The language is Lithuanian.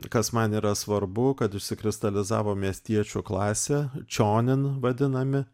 kas man yra svarbu kad išsikristalizavo miestiečių klasė čionin vadinami